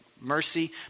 mercy